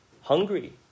hungry